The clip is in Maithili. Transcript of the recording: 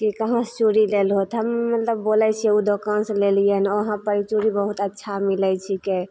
ई कहाँसे चूड़ी लेलहो हम मतलब बोलै छिए ओ दोकानसे लेलिए हँ वहाँपर चूड़ी बहुत अच्छा मिलै छिकै